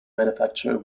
manufacture